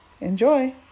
Enjoy